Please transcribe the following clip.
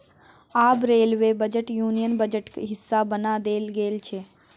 आब railway budget union बजटक हिस्सा बना देल गेल छै